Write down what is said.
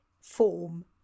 form